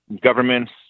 governments